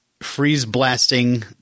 freeze-blasting